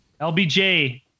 LBJ